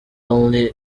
only